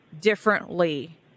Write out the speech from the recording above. differently